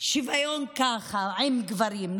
שוויון ככה, עם גברים.